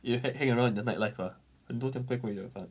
you hang hang around in the night life ah 很多这样怪怪的